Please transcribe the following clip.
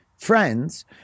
Friends